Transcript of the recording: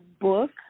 book